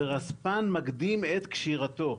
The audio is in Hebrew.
ורספ"ן מקדים את קשירתו.